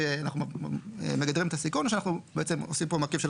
שוב, אנחנו חושבים שהמדינה לא צריכה